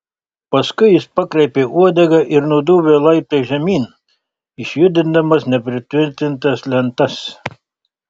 paskui jis pakreipė uodegą ir nudūmė laiptais žemyn išjudindamas nepritvirtintas lentas